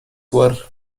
were